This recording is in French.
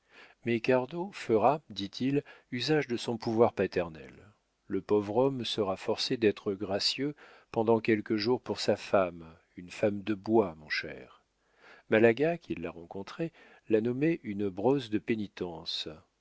cardot fera dit-il usage de son pouvoir paternel le pauvre homme sera forcé d'être gracieux pendant quelques jours pour sa femme une femme de bois mon cher malaga qui l'a rencontrée l'a nommée une brosse de pénitence